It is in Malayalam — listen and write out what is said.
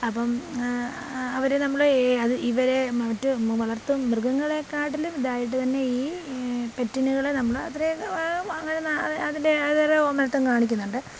അപ്പം അവർ നമ്മളെ അത് ഇവരെ മറ്റു വളർത്തു മൃഗങ്ങളെ കാട്ടിലും ഇതായിട്ട് തന്നെ ഈ പെറ്റിനുകളെ നമ്മൾ അത്രയും അങ്ങനെ അതിൻ്റെ അതൊരു ഓമനത്തം കാണിക്കുന്നുണ്ട്